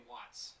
Watts